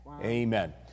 Amen